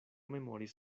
memoris